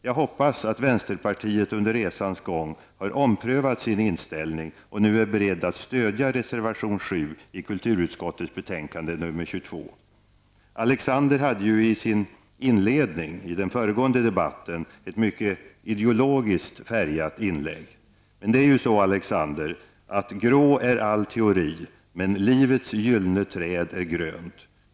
Jag hoppas att vänsterpartiet under resans gång har omprövat sin inställning och nu är berett att stödja reservation 7 till kulturutskottets betänkande 22. Alexander Chrisopoulos hade ju i sin inledning till den föregående debatten ett mycket ideologiskt färgat inlägg. Det är ju så, Alexander Chrisopoulos, att grå är all teori, men livets gyllene träd är grönt.